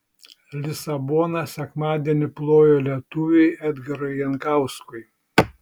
lisabona sekmadienį plojo lietuviui edgarui jankauskui